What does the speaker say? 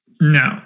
No